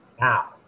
now